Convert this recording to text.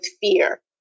fear